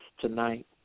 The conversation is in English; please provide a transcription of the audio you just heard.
tonight